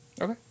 Okay